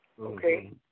Okay